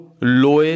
Loe